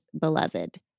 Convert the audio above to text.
beloved